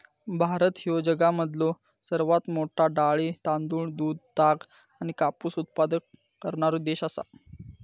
भारत ह्यो जगामधलो सर्वात मोठा डाळी, तांदूळ, दूध, ताग आणि कापूस उत्पादक करणारो देश आसा